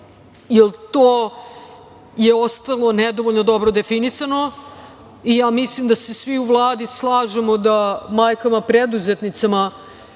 jer to je ostalo nedovoljno dobro definisano i ja mislim da se svi u Vladi slažemo da majkama preduzetnicama